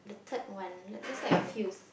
third one like there's like a few